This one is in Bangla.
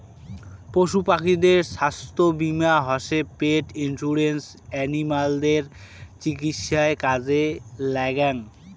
পশু পাখিদের ছাস্থ্য বীমা হসে পেট ইন্সুরেন্স এনিমালদের চিকিৎসায় কাজে লাগ্যাঙ